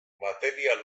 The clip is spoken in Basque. material